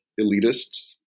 elitists